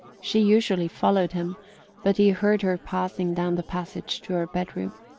she usually followed him but he heard her passing down the passage to her bedroom.